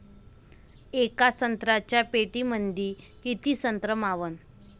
येका संत्र्याच्या पेटीमंदी किती संत्र मावन?